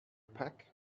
pack